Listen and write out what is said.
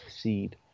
seed